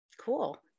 Cool